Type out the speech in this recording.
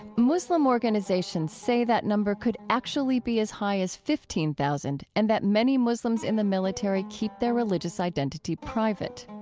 muslim organizations say that number could actually be as high as fifteen thousand and that many muslims in the military keep their religious identity private.